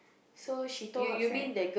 so she told her friend